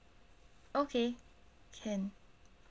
okay can